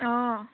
অঁ